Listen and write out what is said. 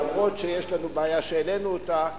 אף-על-פי שיש לנו בעיה שהעלינו אותה,